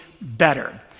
better